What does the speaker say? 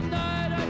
night